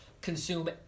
consume